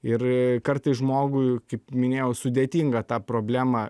ir kartais žmogui kaip minėjau sudėtinga tą problemą